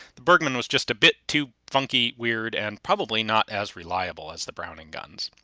the bergmann was just a bit too funky weird and probably not as reliable as the browning guns.